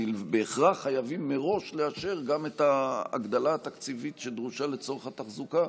בהכרח חייבים מראש לאשר גם את ההגדלה התקציבית שדרושה לצורך התחזוקה,